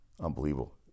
unbelievable